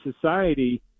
society